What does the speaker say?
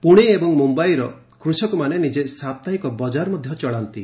ପୁଣେ ଏବଂ ମୁମ୍ବାଇର କୃଷକମାନେ ନିଜେ ସାପ୍ତାହିକ ବଜାର ଚଳାନ୍ତି